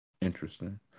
interesting